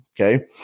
okay